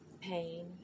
pain